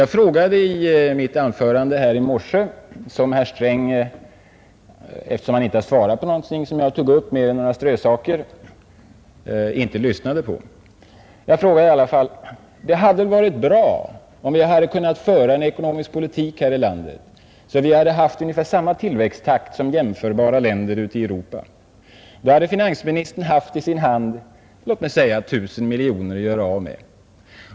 Herr Sträng har tydligen inte lyssnat på mitt anförande här i morse, eftersom han inte har svarat på någonting som jag tog upp — mer än några strösaker. Jag sade i alla fall att det hade varit bra om vi hade kunnat föra en ekonomisk politik här i landet så att vi hade haft ungefär samma tillväxttakt som jämförbara länder ute i Europa. Då hade finansministern haft i sin hand låt mig säga 1 000 miljoner att göra av med.